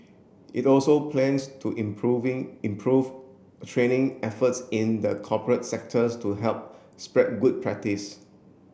it also plans to improving improve training efforts in the corporate sectors to help spread good practice